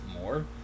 more